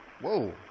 whoa